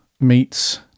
meets